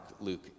Luke